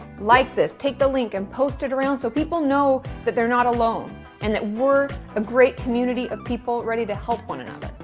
like this. take the link and post it around so people know that they're not alone and that we're a great community of people ready to help one another,